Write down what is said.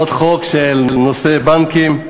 עוד חוק בנושא הבנקים.